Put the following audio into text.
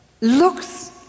looks